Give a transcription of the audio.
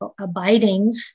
abidings